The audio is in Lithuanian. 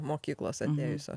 mokyklos atėjusios